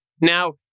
Now